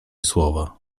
słowa